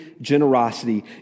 generosity